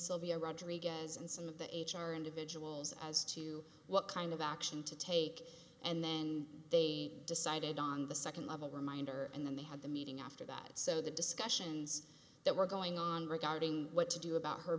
silvio rodriguez and some of the h r individuals as to what kind of action to take and then they decided on the second level reminder and then they had the meeting after that so the discussions that were going on regarding what to do about her